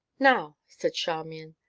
now, said charmian,